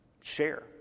share